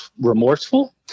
remorseful